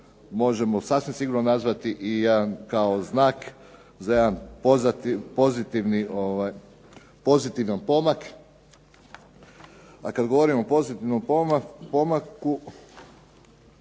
možemo sasvim sigurno nazvati i jedan kao znak za jedan pozitivan pomak. A kada govorimo o pozitivnom pomaku